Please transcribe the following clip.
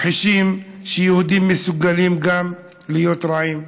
מכחישים שיהודים מסוגלים להיות גם רעים,